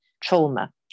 trauma